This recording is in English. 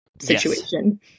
situation